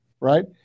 Right